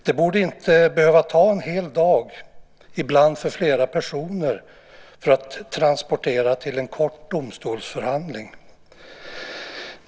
Det borde inte behöva ta en hel dag för flera personer att transporteras till en kort domstolsförhandling.